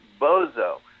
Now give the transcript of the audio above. bozo